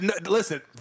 Listen